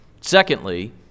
Secondly